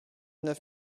neuf